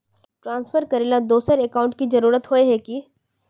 Transfer करेला दोसर account की जरुरत होय है की?